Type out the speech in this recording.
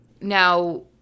Now